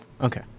Okay